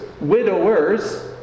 Widowers